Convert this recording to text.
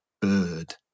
bird